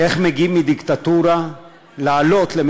אבל לשנות את האיזון בין דמוקרטי לבין יהודי,